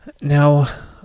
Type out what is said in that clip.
Now